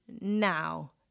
now